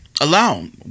alone